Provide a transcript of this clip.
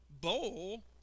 bowl